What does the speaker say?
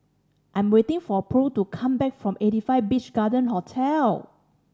I am waiting for Purl to come back from Eighty Five Beach Garden Hotel